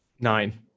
Nine